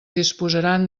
disposaran